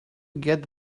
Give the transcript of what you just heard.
get